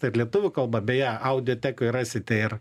ir lietuvių kalba beje audiotekoj rasite ir